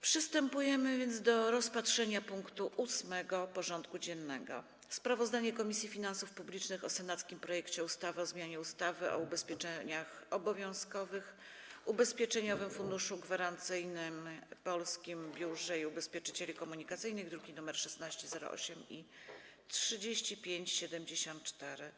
Przystępujemy do rozpatrzenia punktu 8. porządku dziennego: Sprawozdanie Komisji Finansów Publicznych o senackim projekcie ustawy o zmianie ustawy o ubezpieczeniach obowiązkowych, Ubezpieczeniowym Funduszu Gwarancyjnym i Polskim Biurze Ubezpieczycieli Komunikacyjnych (druki nr 1608 i 3574)